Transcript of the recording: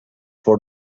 for